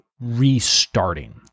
restarting